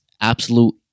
absolute